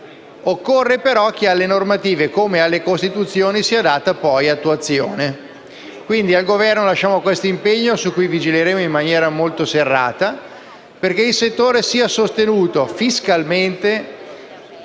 Occorre, però, che alle normative (come alle Costituzioni) sia data poi attuazione. Al Governo lasciamo quindi questo impegno, su cui vigileremo in maniera molto serrata, perché il settore sia sostenuto, fiscalmente